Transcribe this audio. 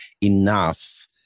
enough